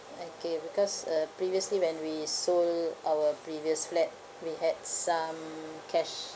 okay because uh previously when we sold our previous flat we had some cash